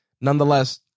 Nonetheless